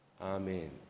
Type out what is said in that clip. Amen